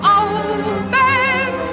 open